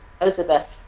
Elizabeth